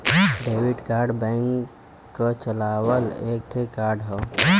debit card bank क चलावल एक ठे कार्ड हौ